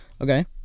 okay